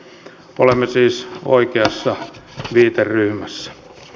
olemme siis oikeassa viiteryhmässä